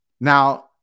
Now